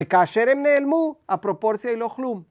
וכאשר הם נעלמו, הפרופורציה היא לא כלום.